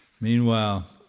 Meanwhile